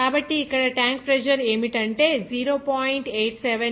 కాబట్టి ఇక్కడ tank pressure ఏమిటంటే అది 0